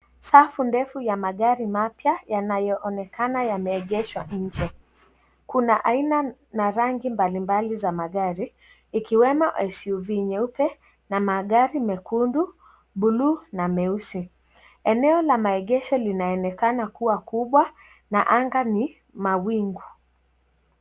Safu ndefu ya magari mapya yanayoonekana yameegeshwa nje. Kuna aina na rangi mbalimbali za magari, ikiwemo SUV nyeupe na magari mekundu, bluu na meusi. Eneo la maegesho linaonekena kuwa kubwa na anga ni mawingu.